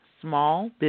Small